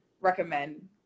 recommend